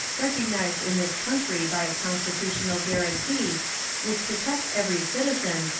recognized in this country by a constitutional guaranty which protects every citizen,